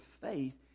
faith